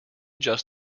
just